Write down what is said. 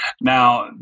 Now